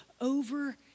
over